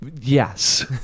Yes